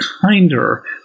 kinder